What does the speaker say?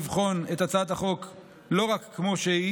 ביקשתי מגורמי המקצוע במשרד הבריאות לבחון את הצעת החוק לא רק כמו שהיא,